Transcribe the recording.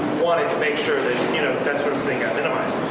wanted to make sure that you know that sort of thing got minimized.